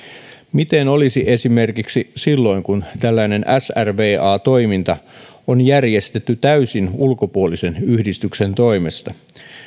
miten olisi esimerkiksi silloin kun tällainen srva toiminta on järjestetty täysin ulkopuolisen yhdistyksen toimesta